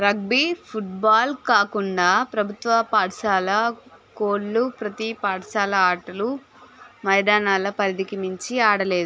rugby football కాకుండా ప్రభుత్వ పాఠశాల కోడ్లు ప్రతి పాఠశాల ఆటలు మైదానాల పరిధికి మించి ఆడలేదు